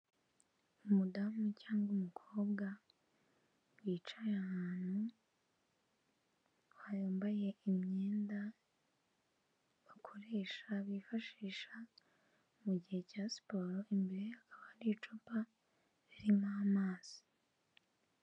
Umudamu cyangwa umukobwa, wicaye ahantu, yambaye imyenda bakoresha, bifashisha mu gihe cya siporo, imbere ye hakaba hari icupa ririmo amazi.